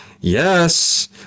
yes